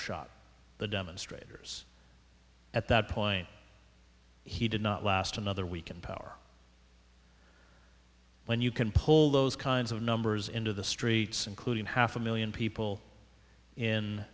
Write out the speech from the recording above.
shot the demonstrators at that point he did not last another week in power when you can pull those kinds of numbers into the streets including half a million people in